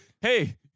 hey